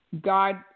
God